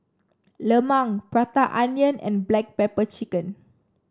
Lemang Prata Onion and Black Pepper Chicken